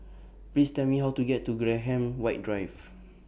Please Tell Me How to get to Graham White Drive